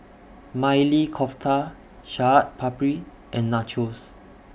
Maili Kofta Chaat Papri and Nachos